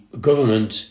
government